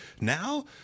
Now